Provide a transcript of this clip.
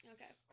Okay